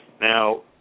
Now